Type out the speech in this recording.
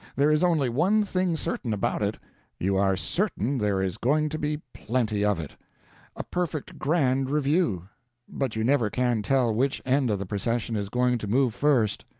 there is only one thing certain about it you are certain there is going to be plenty of it a perfect grand review but you never can tell which end of the procession is going to move first.